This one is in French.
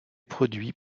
produits